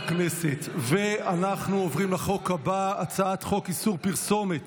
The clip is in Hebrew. אנחנו עוברים לחוק הבא, הצעת חוק איסור פרסומת